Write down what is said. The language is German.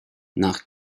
nach